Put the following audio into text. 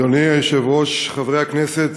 אדוני היושב-ראש, חברי הכנסת,